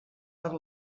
per